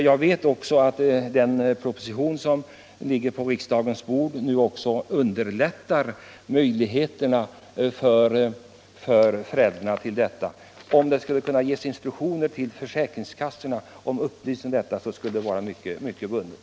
Jag vet också att den proposition som ligger på riksdagens bord kommer att underlätta för föräldrar att ordna medborgarskapet. dock inte i tillräcklig utsträckning. Det skulle behövas instruktioner till försäkringskassorna att upplysa om detta. Då skulle en del vara vunnet.